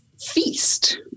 feast